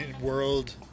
world